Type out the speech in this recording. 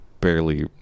barely